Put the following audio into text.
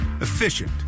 efficient